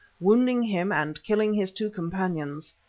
wounding him and killing his two companions.